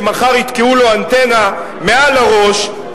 שמחר יתקעו לו אנטנה מעל לראש,